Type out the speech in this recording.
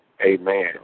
Amen